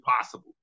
possible